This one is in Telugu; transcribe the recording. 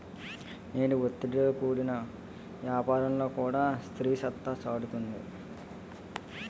నేడు ఒత్తిడితో కూడిన యాపారంలో కూడా స్త్రీ సత్తా సాటుతుంది